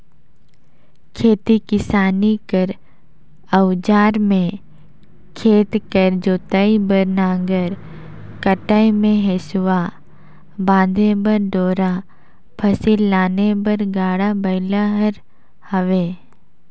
खेती किसानी कर अउजार मे खेत कर जोतई बर नांगर, कटई मे हेसुवा, बांधे बर डोरा, फसिल लाने बर गाड़ा बइला हर हवे